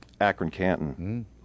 Akron-Canton